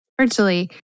virtually